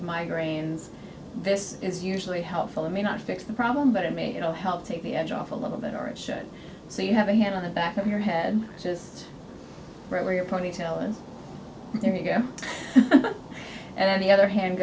migraines this is usually helpful it may not fix the problem but it may it will help take the edge off a little bit or it should so you have a hand on the back of your head just right where your ponytail and there you go and then the other hand